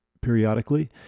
periodically